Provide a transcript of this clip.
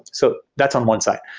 so that's on one side.